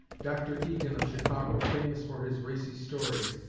dr. egan of chicago, famous for his racy stories,